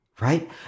right